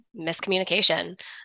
miscommunication